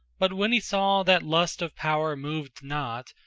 but when he saw that lust of power moved not,